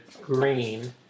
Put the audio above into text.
green